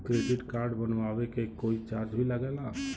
Credit card बनवावे के कोई चार्ज भी लागेला?